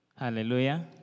Hallelujah